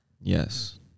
Yes